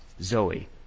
Zoe